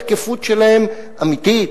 התקפות שלהם אמיתית,